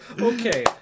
Okay